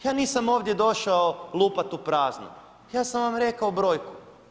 Ja nisam ovdje došao lupat u prazno, ja sam vam rekao brojku.